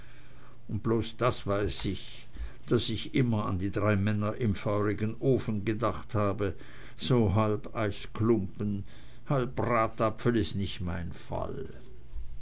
und bloß das weiß ich daß ich immer an die drei männer im feurigen ofen gedacht habe so halb eisklumpen halb bratapfel is nich mein fall